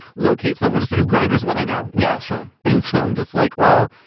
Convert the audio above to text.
locate someone. it's because grinder's what i know. yassar and so i'm just like, well,